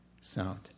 sound